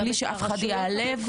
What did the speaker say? בלי שאף אחד ייעלב.